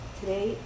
today